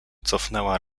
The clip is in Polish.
cofnęła